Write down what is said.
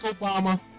Obama